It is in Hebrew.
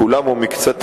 כולם או מקצתם,